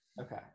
Okay